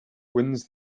wins